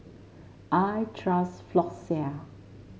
I trust Floxia